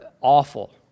awful